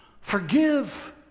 forgive